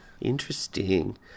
Interesting